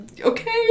okay